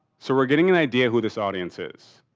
so, we're getting an idea who this audience is.